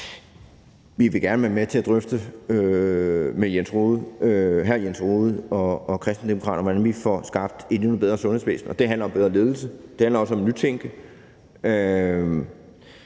Vi vil gerne være med til at drøfte med hr. Jens Rohde og Kristendemokraterne, hvordan vi får skabt et endnu bedre sundhedsvæsen, og det handler om bedre ledelse, og det handler også om at nytænke.